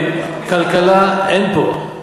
כלכלה אין פה,